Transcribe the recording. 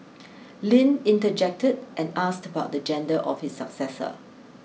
Lin interjected and asked about the gender of his successor